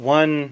one